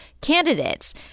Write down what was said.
candidates